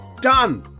done